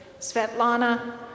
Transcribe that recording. Svetlana